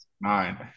nine